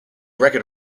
record